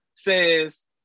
says